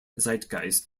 zeitgeist